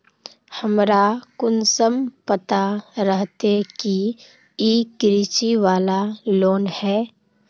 हमरा कुंसम पता रहते की इ कृषि वाला लोन है?